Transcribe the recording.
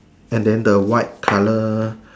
and then the white colour